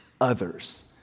others